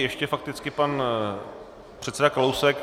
Ještě fakticky pan předseda Kalousek.